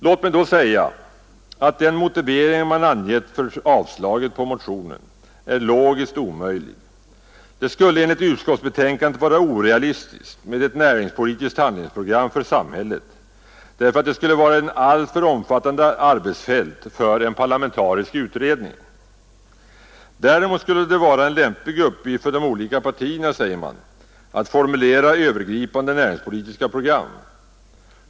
Låt mig då säga att den motivering man angett för avslaget på motionen är logiskt omöjlig. Det skulle enligt utskottsbetänkandet vara orealistiskt med ett näringspolitiskt handlingsprogram för samhället, därför att det skulle vara ett alltför omfattande arbetsfält för en parlamentarisk utredning. Däremot skulle det vara en lämplig uppgift för de olika partierna, säger man, att formulera Övergripande näringspolitiska program.